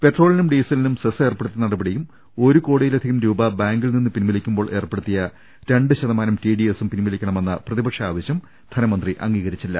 പെട്രോളിനും ഡീസലിനും സെസ് ഏർപ്പെടുത്തിയ നടപടിയും ഒരു കോടിയിലധികം രൂപ ബാങ്കിൽ നിന്ന് പിൻവലിക്കുമ്പോൾ ഏർപ്പെടുത്തിയ രണ്ട് ശതമാനം ടിഡിഎസും പിൻവലിക്കണമെന്ന പ്രതിപക്ഷ ആവശൃം ധനമന്ത്രി അംഗീകരിച്ചില്ല